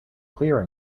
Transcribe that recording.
clear